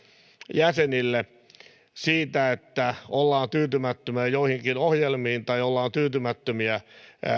jäsenille siitä että ollaan tyytymättömiä joihinkin ohjelmiin tai ollaan tyytymättömiä